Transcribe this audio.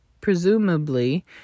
presumably